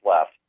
left